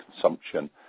consumption